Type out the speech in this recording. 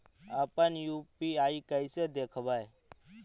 अपन यु.पी.आई कैसे देखबै?